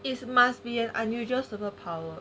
it must be an unusual superpower